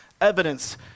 evidence